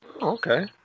Okay